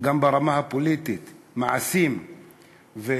גם ברמה הפוליטית, "מעשים ואמירות"